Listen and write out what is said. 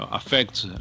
affects